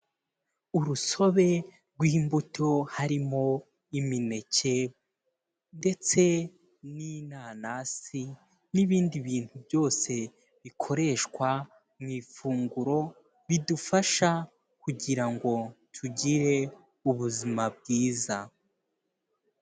Urusobe rw'imbuto harimo imineke ndetse n'inanasi n'ibindi bintu byose bikoreshwa mu ifunguro bidufasha kugira ngo tugire ubuzima bwiza.